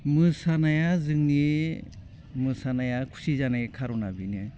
मोसानाया जोंनि मोसानाया खुसि जानाय खार'ना बेनो